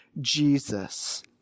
Jesus